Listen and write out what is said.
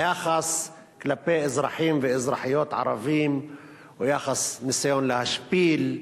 היחס כלפי אזרחים ואזרחיות ערבים הוא יחס של ניסיון להשפיל,